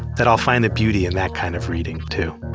that i'll find the beautiful in that kind of reading too